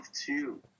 two